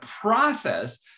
process